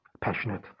passionate